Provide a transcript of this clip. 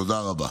תודה רבה.